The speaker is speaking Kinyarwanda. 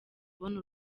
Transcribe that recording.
ubona